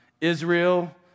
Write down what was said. Israel